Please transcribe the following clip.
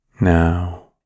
Now